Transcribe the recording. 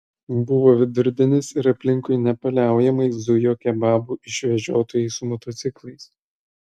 buvo vidurdienis ir aplinkui nepaliaujamai zujo kebabų išvežiotojai su motociklais